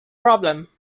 problem